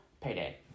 Payday